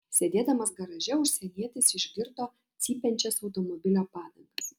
sėdėdamas garaže užsienietis išgirdo cypiančias automobilio padangas